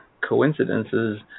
coincidences